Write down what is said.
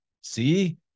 see